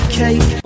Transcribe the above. cake